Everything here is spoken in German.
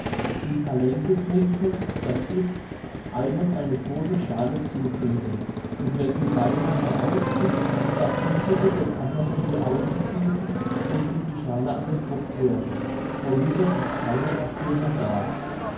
die parlenke trinken das ist einem eine große schale zutrinken und wann sie beinahe aus ist das uebrige dem andern in die augen gießen und ihm die schale an den kopf werfen worüber sich keiner erzürnen darf